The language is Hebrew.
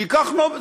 שייקח נובל.